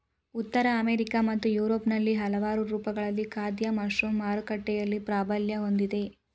ಉತ್ತರ ಅಮೆರಿಕಾ ಮತ್ತು ಯುರೋಪ್ನಲ್ಲಿ ಹಲವಾರು ರೂಪಗಳಲ್ಲಿ ಖಾದ್ಯ ಮಶ್ರೂಮ್ ಮಾರುಕಟ್ಟೆಯಲ್ಲಿ ಪ್ರಾಬಲ್ಯ ಹೊಂದಿದೆ